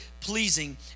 pleasing